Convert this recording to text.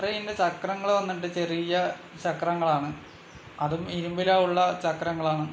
ട്രെയിനിൻ്റെ ചക്രങ്ങൾ വന്നിട്ട് ചെറിയ ചക്രങ്ങളാണ് അതും ഇരുമ്പിൽ ഉള്ള ചക്രങ്ങളാണ്